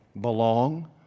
Belong